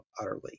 utterly